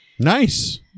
Nice